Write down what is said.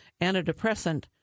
antidepressant